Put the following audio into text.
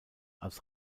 als